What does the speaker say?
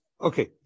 Okay